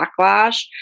backlash